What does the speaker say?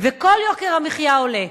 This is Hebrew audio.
וכל יוקר המחיה עולה.